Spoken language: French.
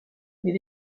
mais